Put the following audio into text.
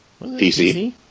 PC